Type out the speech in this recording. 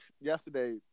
yesterday